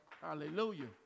Hallelujah